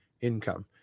income